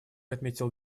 отметил